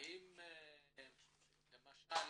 האם למשל